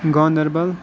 Ganderbal